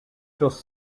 just